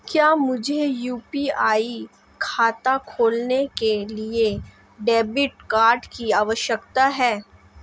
क्या मुझे यू.पी.आई खाता खोलने के लिए डेबिट कार्ड की आवश्यकता है?